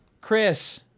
Chris